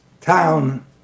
town